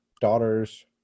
daughter's